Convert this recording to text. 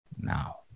Now